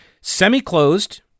Semi-closed